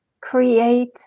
create